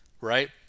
right